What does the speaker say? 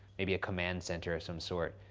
maybe a command center of some sort.